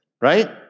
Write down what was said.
right